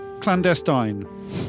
Clandestine